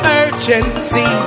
urgency